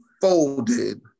folded